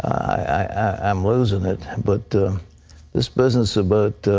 i'm losing it. but this business about